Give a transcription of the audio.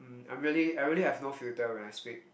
I'm really I really have no filter when I speak